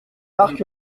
marc